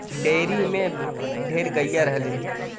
dairy में ढेर गइया रहलीन